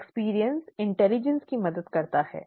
अनुभव बुद्धि की मदद करता है